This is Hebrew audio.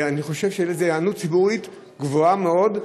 ואני חושב שתהיה לזה היענות ציבורית גבוהה מאוד,